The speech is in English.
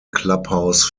clubhouse